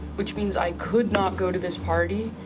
which means i could not go to this party.